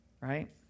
Right